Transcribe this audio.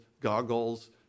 goggles